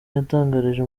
yatangarije